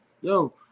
Yo